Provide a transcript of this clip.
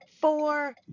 four